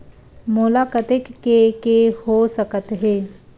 मोला कतेक के के हो सकत हे?